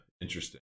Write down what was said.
Interesting